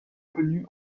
connu